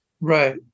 Right